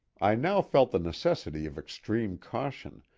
i now felt the necessity of extreme caution,